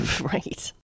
right